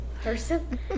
person